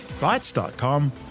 Bytes.com